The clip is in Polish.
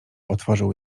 otworzył